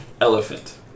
Elephant